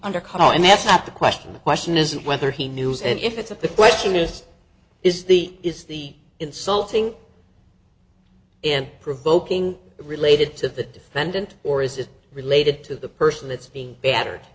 under color and that's not the question the question is whether he knew was and if it's of the question is is the is the insulting and provoking related to the defendant or is it related to the person that's being